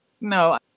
No